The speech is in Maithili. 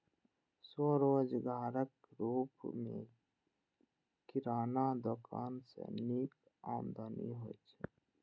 स्वरोजगारक रूप मे किराना दोकान सं नीक आमदनी होइ छै